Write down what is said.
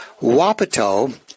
Wapato